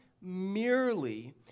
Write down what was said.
merely